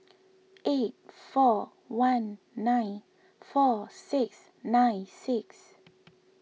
eight four one nine four six nine six